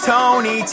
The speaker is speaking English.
Tony